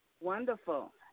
Wonderful